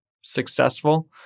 successful